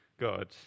God